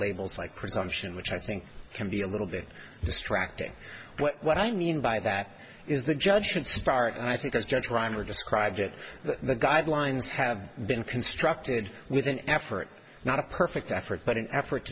labels like presumption which i think can be a little bit distracting what i mean by that is the judge should start and i think as judge rymer described it the guidelines have been constructed with an effort not a perfect effort but an effort